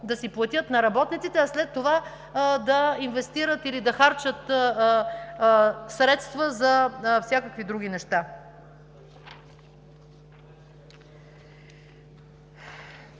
да си платят на работниците, а след това да инвестират или да харчат средства за всякакви други неща.